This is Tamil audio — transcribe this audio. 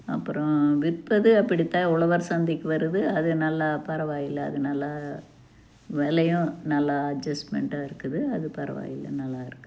அப்புறம் விற்பதும் அப்படி தான் உழவர் சந்தைக்கு வருது அது நல்லா பரவாயில்லை அது நல்லா விலையும் நல்லா அஜ்ஜெஸ்மெண்டாக இருக்குது அது பரவாயில்லை நல்லாயிருக்கு